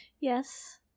Yes